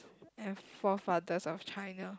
and forth fathers of China